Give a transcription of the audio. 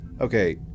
okay